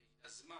יזמה